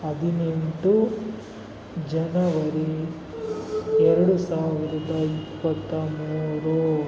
ಹದಿನೆಂಟು ಜನವರಿ ಎರಡು ಸಾವಿರದ ಇಪ್ಪತ್ತ ಮೂರು